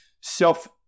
self